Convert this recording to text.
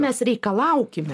mes reikalaukime